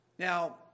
Now